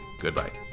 goodbye